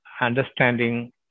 understanding